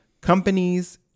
companies